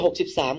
63